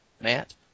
Matt